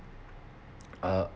uh